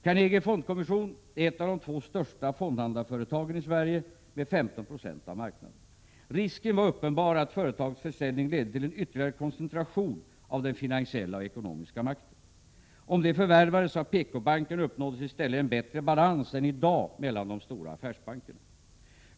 Carnegie Fondkommission är ett av de två största fondhandlarföretagen i Sverige, med 15 926 av marknaden. Risken var uppenbar att företagets försäljning kunde leda till en ytterligare koncentration av den finansiella och ekonomiska makten. Om den förvärvades av PKbanken uppnåddes i stället en bättre balans än i dag mellan de stora affärsbankerna.